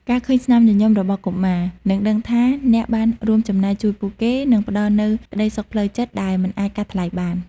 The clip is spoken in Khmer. ការឃើញស្នាមញញឹមរបស់កុមារ និងដឹងថាអ្នកបានរួមចំណែកជួយពួកគេ នឹងផ្ដល់នូវក្ដីសុខផ្លូវចិត្តដែលមិនអាចកាត់ថ្លៃបាន។